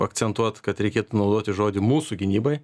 akcentuot kad reikėtų naudoti žodį mūsų gynybai